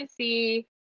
see